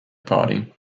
party